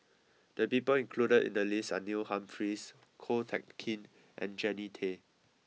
the people included in the list are Neil Humphreys Ko Teck Kin and Jannie Tay